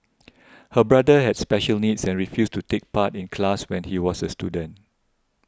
her brother had special needs and refused to take part in class when he was a student